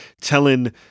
telling